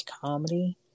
comedy